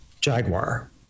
Jaguar